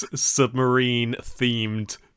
submarine-themed